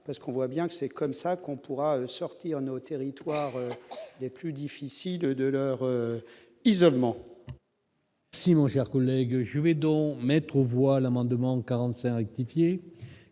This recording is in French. parce qu'on voit bien que c'est comme ça qu'on pourra sortir nos territoires les plus difficiles de de leur isolement. Simon gère collègues, je vais donc mettre aux voix la Mandement 45 titiller